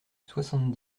soixante